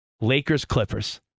Lakers-Clippers